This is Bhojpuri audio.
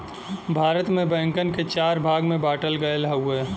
भारत में बैंकन के चार भाग में बांटल गयल हउवे